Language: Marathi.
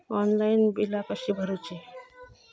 ऑनलाइन बिला कशी भरूची?